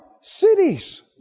cities